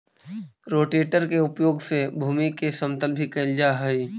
rotator के उपयोग से भूमि के समतल भी कैल जा हई